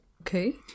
Okay